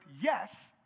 yes